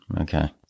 okay